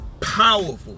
powerful